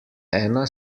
ena